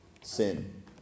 Sin